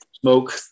smoke